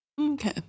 Okay